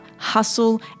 Hustle